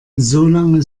solange